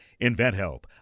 InventHelp